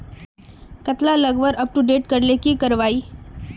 कतला लगवार अपटूडेट करले की करवा ई?